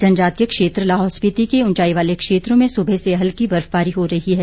जनजातीय क्षेत्र लाहौल स्पिति के उंचाई वाले क्षेत्रों में सुबह से हल्की बर्फबारी हो रही है